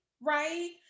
right